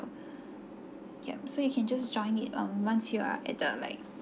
yup so you can just join in um once you are at the like